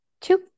two